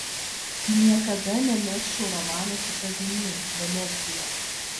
niekada nemegzčiau romano su tavimi venecija